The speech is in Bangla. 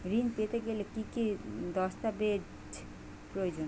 ঋণ পেতে গেলে কি কি দস্তাবেজ প্রয়োজন?